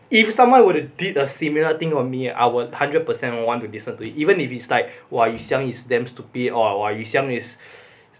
if someone would have did a similar thing on me and I would hundred percent want to disagree even if it's like !wah! yu xiang is damn stupid or yu xiang is